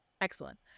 excellent